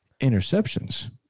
interceptions